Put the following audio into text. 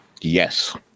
Yes